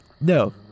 No